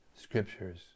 scriptures